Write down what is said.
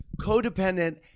codependent